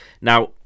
Now